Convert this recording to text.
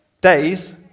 Days